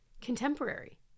Contemporary